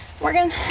Morgan